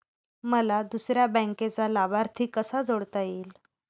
मला दुसऱ्या बँकेचा लाभार्थी कसा जोडता येईल?